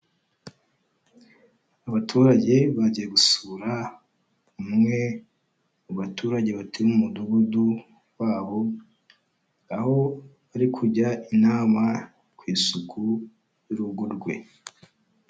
Abaturage bagiye gusura umwe mu baturage batuye mu mudugudu wabo, aho bari kujya inama ku isuku y'urugo rwe.